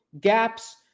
gaps